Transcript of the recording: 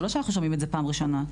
זה לא שאנחנו שומעים את זה פעם ראשונה.